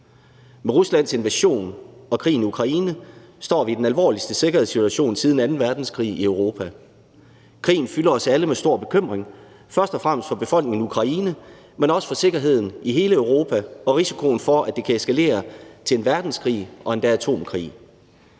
Med Ruslands invasion og krigen i Ukraine står vi i den alvorligste sikkerhedssituation siden anden verdenskrig i Europa. Krigen fylder os alle med stor bekymring, først og fremmest for befolkningen i Ukraine, men også for sikkerheden i hele Europa og risikoen for, at det kan eskalere til en verdenskrig og endda en atomkrig.